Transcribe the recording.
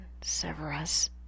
Severus